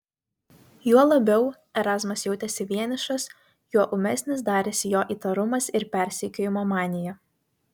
juo labiau erazmas jautėsi vienišas juo ūmesnis darėsi jo įtarumas ir persekiojimo manija